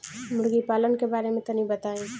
मुर्गी पालन के बारे में तनी बताई?